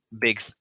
big